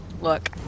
look